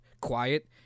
quiet